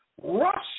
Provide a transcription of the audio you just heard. Russia